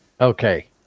Okay